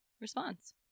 response